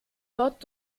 dort